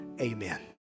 amen